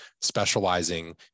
specializing